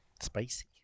Spicy